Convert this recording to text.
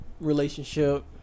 relationship